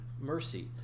mercy